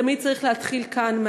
ותמיד צריך להתחיל כאן,